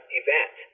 event